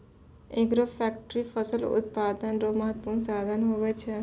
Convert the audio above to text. agroforestry फसल उत्पादन रो महत्वपूर्ण साधन हुवै छै